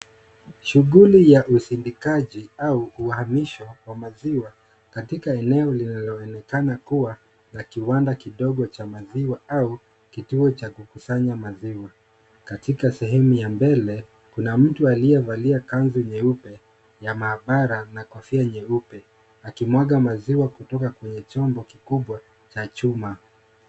Shughuli ya usindikaji au uhamisho wa maziwa katika eneo lililo onekana kuwa la kiwada kidogo cha maziwa au kituo cha kukusanya maziwa katika sehemu ya mbele kuna mtu aliye valia kanzu nyeupe ya mahabara na kofia nyeupe akimwaga maziwa kutoka kwenye chombo kikubwa cha chuma.